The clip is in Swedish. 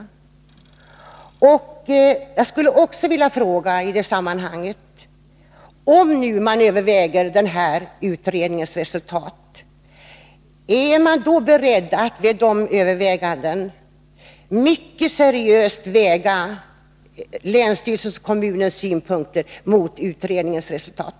I detta sammanhang skulle jag också vilja fråga: Om man överväger utredningens resultat, är man då beredd att med dessa överväganden mycket seriöst väga länsstyrelsens och kommunens synpunkter mot utredningens resultat?